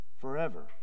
forever